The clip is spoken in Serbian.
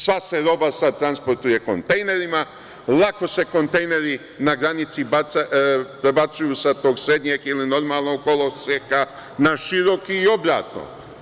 Sva se roba sada transportuje kontejnerima, lako se kontejneri na granici prebacuju sa tog srednjeg ili normalnog koloseka na široki i obratno.